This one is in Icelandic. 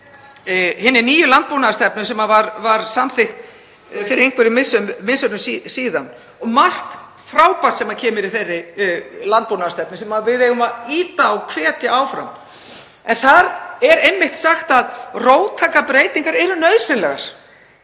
hinni nýju landbúnaðarstefnu sem var samþykkt fyrir einhverjum misserum síðan, og margt frábært sem kemur fram í þeirri landbúnaðarstefnu sem við eigum að ýta á og hvetja áfram, er einmitt sagt að róttækar breytingar séu nauðsynlegar